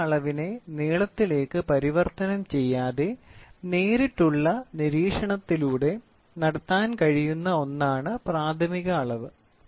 അളന്ന അളവിനെ നീളത്തിലേക്ക് പരിവർത്തനം ചെയ്യാതെ നേരിട്ടുള്ള നിരീക്ഷണത്തിലൂടെ നടത്താൻ കഴിയുന്ന ഒന്നാണ് പ്രാഥമിക അളവ്